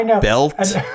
belt